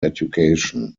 education